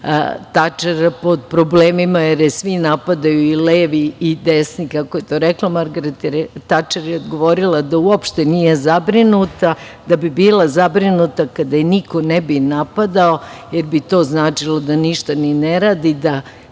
Tačer pod problemima, jer je svi napadaju, i levi i desni, a Margaret Tačer je odgovorila da uopšte nije zabrinuta, da bi bila zabrinuta kada je niko ne bi napadao, jer bi to značilo da ništa ni ne radi, da